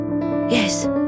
Yes